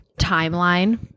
timeline